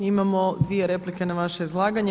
Imamo dvije replike na vaše izlaganje.